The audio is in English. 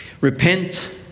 Repent